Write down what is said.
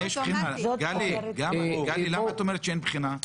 גלי, למה את אומרת שאין בחינה?